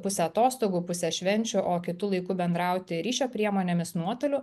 pusę atostogų pusę švenčių o kitu laiku bendrauti ryšio priemonėmis nuotoliu